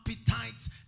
appetites